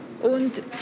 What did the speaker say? Und